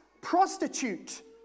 prostitute